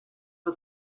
for